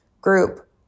group